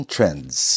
Trends